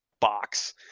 box